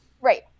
Right